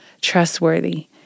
trustworthy